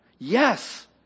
Yes